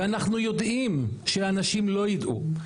ואנחנו יודעים שאנשים לא ידעו.